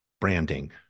branding